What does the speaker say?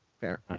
fair